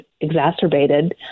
exacerbated